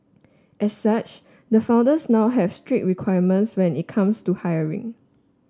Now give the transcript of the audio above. as such the founders now have strict requirements when it comes to hiring